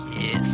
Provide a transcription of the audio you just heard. Yes